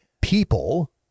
people